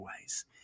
ways